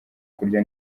kurya